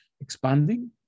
expanding